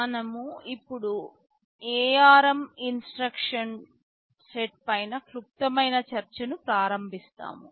మనం ఇప్పుడు ARM instruction set పైన క్లుప్తమైన చర్చను ప్రారంభిస్తాము